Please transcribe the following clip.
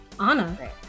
Anna